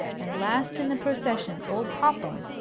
and last in the procession, old popham,